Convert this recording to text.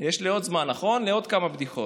יש לי עוד זמן, נכון, לעוד כמה בדיחות.